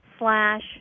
Slash